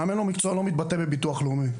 מאמן לא מקצוע לא מתבטא בביטוח לאומי.